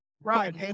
Right